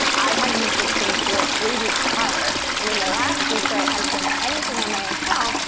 i hadn't been posting for three weeks prior. and in the last week, where i hadn't done anything on my account,